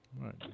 Right